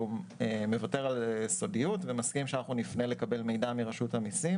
שהוא מוותר על סודיות ומסכים שאנחנו נפנה לקבל מידע מרשות המיסים.